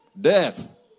death